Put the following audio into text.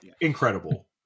incredible